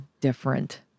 different